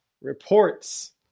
reports